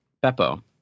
Beppo